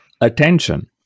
attention